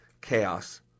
chaos